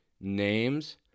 names